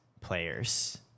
players